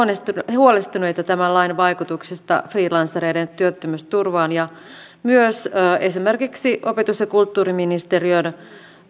huolestuneita tämän lain vaikutuksista freelancereiden työttömyysturvaan ja myös esimerkiksi opetus ja kulttuuriministeriön